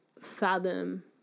fathom